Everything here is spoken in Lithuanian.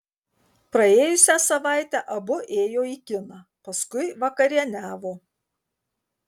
praėjusią savaitę abu ėjo į kiną paskui vakarieniavo